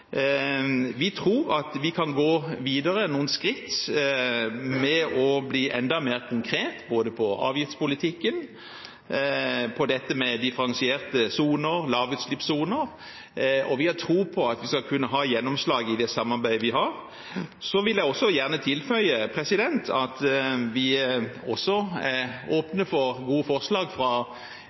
Vi tror vi kan gå noen skritt videre med å bli enda mer konkrete både på avgiftspolitikken og på dette med differensierte soner – lavutslippssoner – og vi har tro på at vi skal kunne ha gjennomslag i det samarbeidet vi har. Så vil jeg gjerne tilføye at vi også er åpne for gode forslag fra